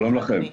שלום לכם,